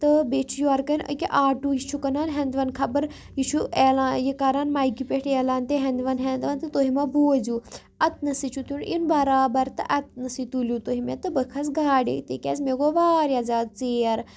تہٕ بیٚیہِ چھُ یورٕکٮ۪ن أکیٛاہ آٹوٗ یہِ چھُ کٕنان ہٮ۪نٚدٕ وٮ۪نٛد خبر یہِ چھُ عیلان یہِ کَران مایِکہِ پٮ۪ٹھ عیلان تہٕ ہٮ۪نٛدٕ وٮ۪نٛد ہٮ۪نٛدٕ وٮ۪نٛد تہٕ تُہۍ ما بوٗزیوٗ اَتنَسٕے چھُ تۄہہِ یُن بَرابَر تہٕ اَتنَسٕے تُلِو تُہۍ مےٚ تہٕ بہٕ کھَسہٕ گاڑِ أتی کیٛازِ مےٚ گوٚو واریاہ زیادٕ ژیر